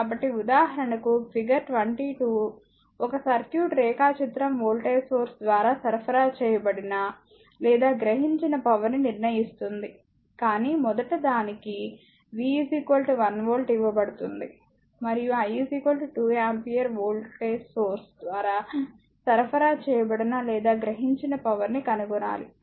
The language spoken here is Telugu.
కాబట్టి ఉదాహరణకు ఫిగర్ 22 ఒక సర్క్యూట్ రేఖాచిత్రం వోల్టేజ్ సోర్స్ ద్వారా సరఫరా చేయబడిన లేదా గ్రహించిన పవర్ ని నిర్ణయిస్తుంది కాని మొదట దానికి V 1 వోల్ట్ ఇవ్వబడుతుంది మరియు I 2 ఆంపియర్ వోల్టేజ్ సోర్స్ ద్వారా సరఫరా చేయబడిన లేదా గ్రహించిన పవర్ ని కనుగొనాలి